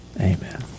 Amen